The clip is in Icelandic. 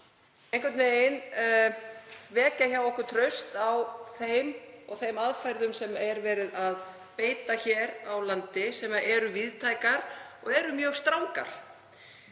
einhvern veginn hjá okkur traust á þeim og þeim aðferðum sem verið er að beita hér á landi, sem eru víðtækar og mjög strangar.